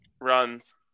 runs